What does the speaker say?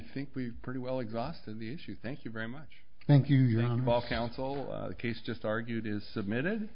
think we've pretty well exhausted the issue thank you very much thank you your humble counsel case just argued is submitted